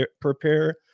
prepare